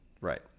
right